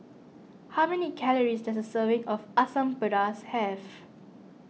how many calories does a serving of Asam Pedas have